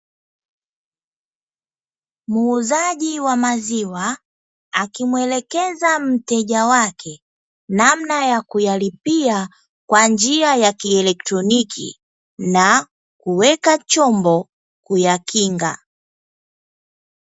Muuzaji wa maziwa akimuelekeza mteja wake, namna ya kuyalipia kwa njia ya kieletroniki, na kuweka chombo kuyakinga.